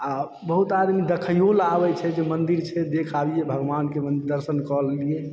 आ बहुत आदमी देखयो लए आबैत छै जे मन्दिर छै देख आबि भगवानके दर्शन कऽ लियै